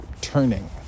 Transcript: turning